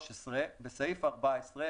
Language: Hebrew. - בפסקה (1),